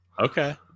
Okay